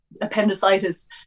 appendicitis